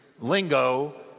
lingo